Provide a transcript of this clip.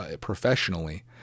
professionally